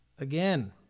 again